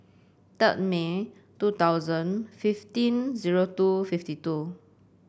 third May two thousand fifteen zero two fifty two